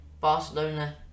Barcelona